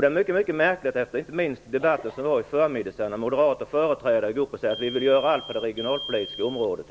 Det är mycket märkligt, inte minst efter den debatt som fördes här i förmiddags när moderata företrädare sade att de ville göra allt på det regionalpolitiska området.